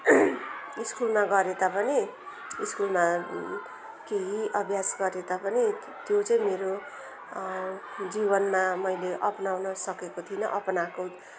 स्कुलमा गरे तापनि स्कुलमा केही अभ्यास गरे तापनि त्यो चाहिँ मेरो जीवनमा मैले अप्नाउनु सकेको थिइनँ अप्नाएको